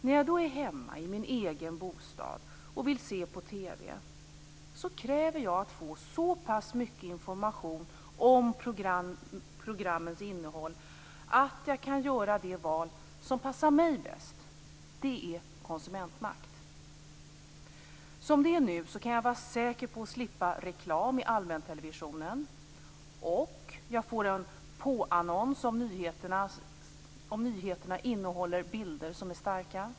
När jag är hemma i min egen bostad och vill se på TV kräver jag att få så pass mycket information om programmens innehåll att jag kan göra det val som passar mig bäst. Det är konsumentmakt. Som det är nu kan jag vara säker på att slippa reklam i allmäntelevisionen, och jag får en påannons om nyheterna innehåller bilder som är starka.